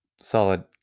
Solid